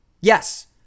yes